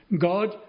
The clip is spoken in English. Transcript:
God